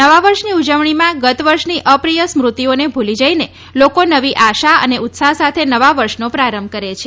નવા વર્ષની ઉજવણીમાં ગત વર્ષની અપ્રિય સ્મૂતિઓને ભુલી જઈને લોકો નવી આશા અને ઉત્સાહ સાથે નવા વર્ષનો પ્રારંભ કરે છે